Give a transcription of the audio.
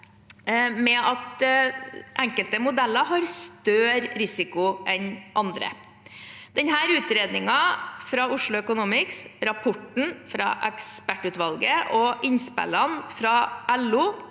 med at enkelte modeller har større risiko enn andre. Utredningen fra Oslo Economics, rapporten fra ekspertutvalget og innspillene fra LO